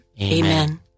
Amen